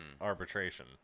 arbitration